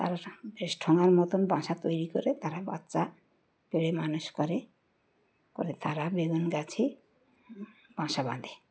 তারা বেশ ঠোঙার মতন বাসা তৈরি করে তারা বাচ্চা পেড়ে মানুষ করে করে তবে তারা বেগুন গাছে বাঁসা বাঁধে